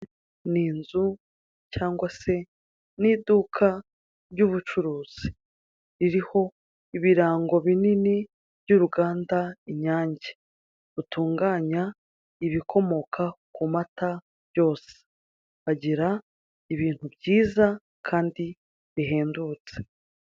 Ni inzu cyangwa se ni iduka ry'ubucuruzi, ririho ibirango binini by'uruganda Inyange, rutunganya ibikomoka ku mata byose, bagira ibintu byiza kandi bihendutse.